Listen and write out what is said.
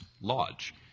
lodge